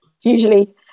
Usually